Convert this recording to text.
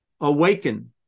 awaken